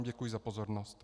Děkuji vám za pozornost.